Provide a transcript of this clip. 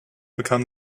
bekam